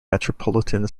metropolitan